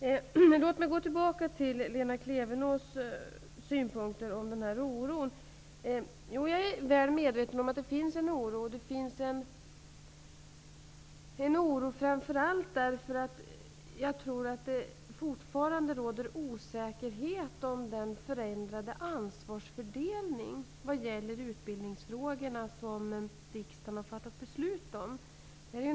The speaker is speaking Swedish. Låt mig gå tillbaka till Lena Klevenås synpunkter på att de berörda känner oro. Jag är väl medveten om att det finns en oro. Det finns en oro framför allt därför att det fortfarande råder osäkerhet om den förändrade ansvarsfördelning vad gäller utbildningsfrågorna som riksdagen har fattat beslut om.